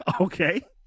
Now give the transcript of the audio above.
Okay